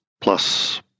plus